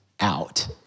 out